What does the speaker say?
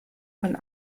von